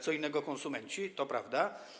Co innego konsumenci, to prawda.